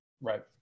Right